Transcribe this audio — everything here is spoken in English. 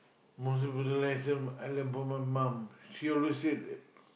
most important lesson I learnt from my mom she always said